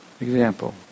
example